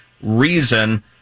reason